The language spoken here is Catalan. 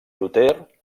luter